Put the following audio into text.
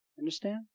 Understand